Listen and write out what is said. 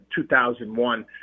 2001